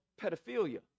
pedophilia